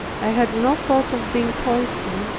i had no thought of being poisoned,